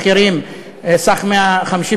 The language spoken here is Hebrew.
בניית מגרשים אחרים,